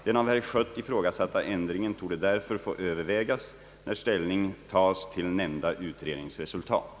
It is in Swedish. Den av herr Schött ifrågasatta ändringen torde därför få övervägas när ställning tas till nämnda utredningsresultat.